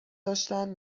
داشتن